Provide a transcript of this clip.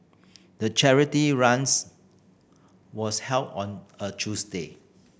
the charity runs was held on a Tuesday